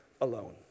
alone